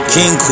King